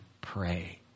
pray